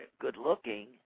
good-looking